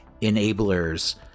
enablers